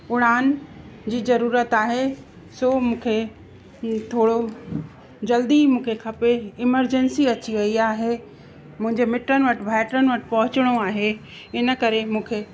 उड़ान जी ज़रूरत आहे सो मूंखे ईअं थोरो जल्दी मूंखे खपे एमरजेंसी अची वई आहे मुंहिंजे मिटनि वटि भाइटनि वटि पहुचणो आहे इन करे मूंखे